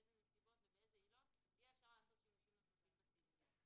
באיזה נסיבות ובאיזה עילות יהיה אפשר לעשות שימושים נוספים בצילומים.